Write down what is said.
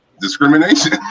discrimination